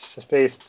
space